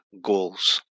goals